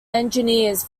engineers